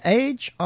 age